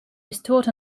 restored